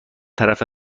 طرف